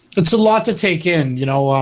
it's a lot to take in, you know, um,